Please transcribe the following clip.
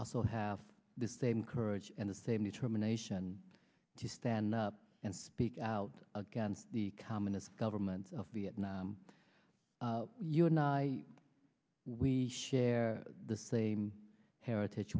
also have the same courage and the same determination to stand up and speak out against the communist governments of vietnam you and i we share the same heritage